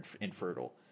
infertile